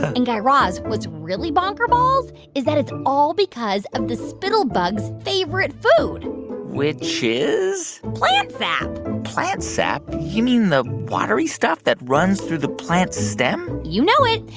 and, guy raz, what's really bonkerballs is that it's all because of the spittlebug's favorite food which is? plant sap plant sap? you mean the watery stuff that runs through the plant's stem? you know it.